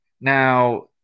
Now